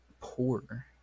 poor